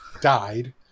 died